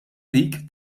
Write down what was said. dik